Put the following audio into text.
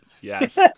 Yes